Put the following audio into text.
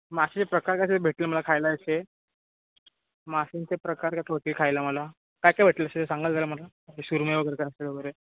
मासेचे प्रकार कसे भेटतील मला खायला अशे मासेंचे प्रकार का होतील खायला मला काय काय भेटतील असे सांगाल का मला सुरमई वगैरे काय पापलेट वगैरे